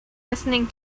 listening